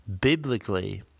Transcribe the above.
biblically